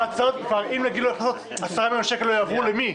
אם יגידו הכנסות, 10 מיליון שקל יועברו למי?